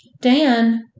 Dan